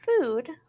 food